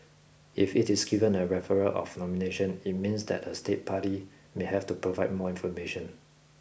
if it is given a referral of nomination it means that a state party may have to provide more information